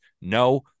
No